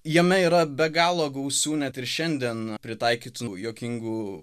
jame yra be galo gausių net ir šiandien pritaikytų juokingų